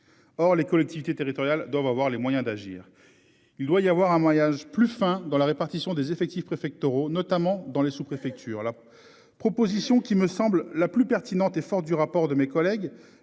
Or les collectivités territoriales doivent avoir les moyens d'agir. Il doit y avoir un voyage. Plus enfin dans la répartition des effectifs préfectoraux notamment dans les sous-, préfectures, la proposition qui me semble la plus pertinente et forte du rapport de mes collègues